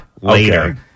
later